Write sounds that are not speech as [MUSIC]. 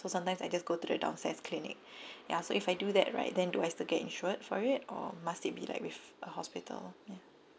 so sometimes I just go to the downstairs clinic [BREATH] ya so if I do that right then do I still get insured for it or must it be like with a hospital ya